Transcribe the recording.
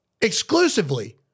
exclusively